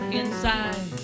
inside